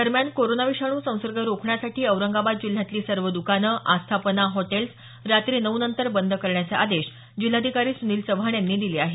दरम्यान कोरोना विषाणू संसर्ग रोखण्यासाठी औरंगाबाद जिल्ह्यातली सर्व दकानं आस्थापना हॉटेल रात्री नऊ नंतर बंद करण्याचे आदेश जिल्हाधिकारी सुनील चव्हाण यांनी दिले आहेत